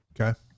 Okay